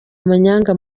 amanyanga